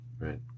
Right